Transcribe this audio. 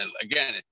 again